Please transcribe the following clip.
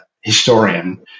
historian